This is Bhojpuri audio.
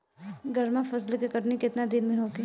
गर्मा फसल के कटनी केतना दिन में होखे?